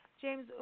James